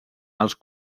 els